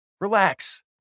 Relax